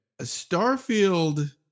Starfield